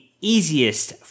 easiest